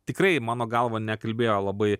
tikrai mano galva nekalbėjo labai